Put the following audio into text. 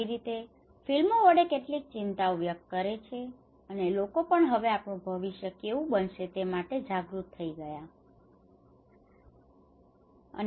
આવી રીતે ફિલ્મો વડે કેટલીક ચિંતાઓ વ્યક્ત કરે છે અને લોકો પણ હવે આપણું ભવિષ્ય કેવું બનશે તે માટે જાગૃત થઇ ગયા છે